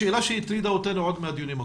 שאלה שהטרידה אותנו עוד מהדיונים הקודמים.